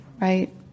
right